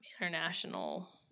international